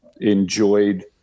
enjoyed